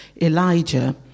Elijah